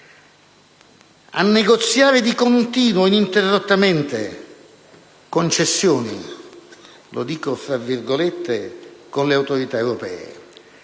a negoziare di continuo, ininterrottamente, concessioni (e lo dico fra virgolette) con le autorità europee.